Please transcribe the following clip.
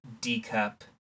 D-cup